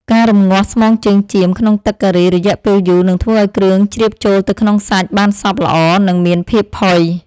ការរម្ងាស់ស្មងជើងចៀមក្នុងទឹកការីរយៈពេលយូរនឹងធ្វើឱ្យគ្រឿងជ្រាបចូលទៅក្នុងសាច់បានសព្វល្អនិងមានភាពផុយ។